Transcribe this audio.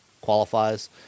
qualifies